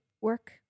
work